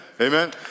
Amen